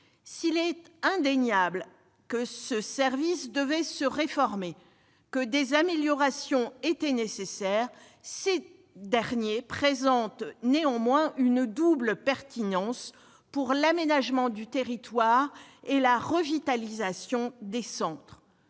Il est indéniable que ce service devait se réformer et que des améliorations étaient nécessaires ; les trains de nuit présentent néanmoins une double pertinence pour l'aménagement du territoire et pour la revitalisation des centres.